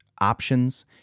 options